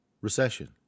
recession